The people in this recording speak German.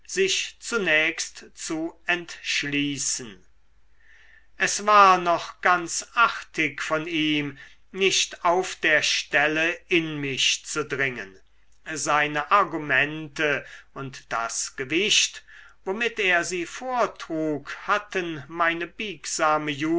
sich zunächst zu entschließen es war noch ganz artig von ihm nicht auf der stelle in mich zu dringen seine argumente und das gewicht womit er sie vortrug hatten meine biegsame